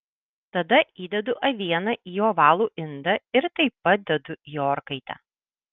tada įdedu avieną į ovalų indą ir taip pat dedu į orkaitę